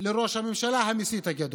לראש הממשלה, המסית הגדול: